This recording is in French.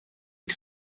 que